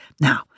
Now